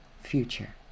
future